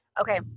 Okay